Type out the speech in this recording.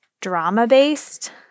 drama-based